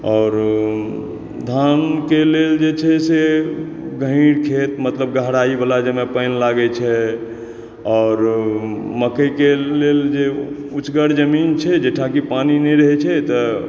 आओर धान के लेल जे छै से गहीर खेत मतलब गहराई वला जाहिमे पानि लागै छै आओर मकइ के लेल जे उचगर ज़मीन छै जाहिठाम की पानी नहि रहै छै तऽ